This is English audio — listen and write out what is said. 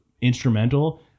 instrumental